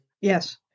Yes